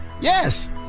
Yes